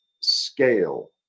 scale